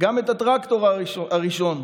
גם את הטרקטור הראשון.